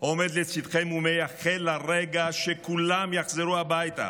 עומד לצידכם ומייחל לרגע שכולם יחזרו הביתה